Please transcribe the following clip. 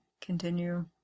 continue